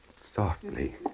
softly